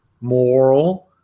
moral